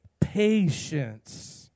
patience